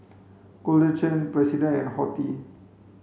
Golden Churn President and Horti